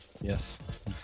yes